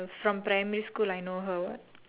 from primary school I know her what